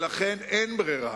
ולכן אין ברירה,